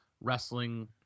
wrestling